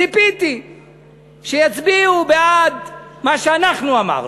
ציפיתי שיצביעו בעד מה שאנחנו אמרנו,